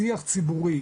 שיח ציבורי,